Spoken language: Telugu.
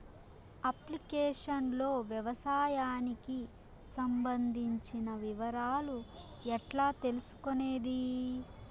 అప్లికేషన్ లో వ్యవసాయానికి సంబంధించిన వివరాలు ఎట్లా తెలుసుకొనేది?